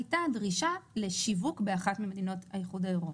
הייתה דרישה לשיווק באחת ממדינות האיחוד האירופי,